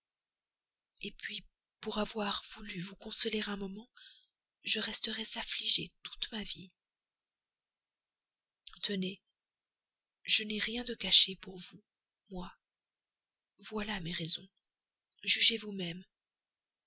et puis pour avoir voulu vous consoler un moment je resterais affligée toute ma vie tenez je n'ai rien de caché pour vous moi voilà mes raisons jugez vous-même